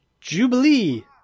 Jubilee